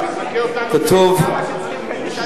תזכה אותנו, כל עם ישראל.